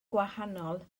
gwahanol